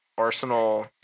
Arsenal